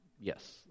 Yes